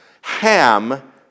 ham